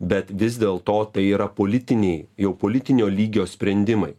bet vis dėl to tai yra politiniai jau politinio lygio sprendimai